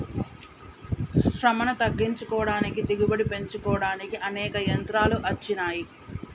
శ్రమను తగ్గించుకోడానికి దిగుబడి పెంచుకోడానికి అనేక యంత్రాలు అచ్చినాయి